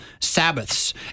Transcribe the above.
Sabbaths